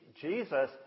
Jesus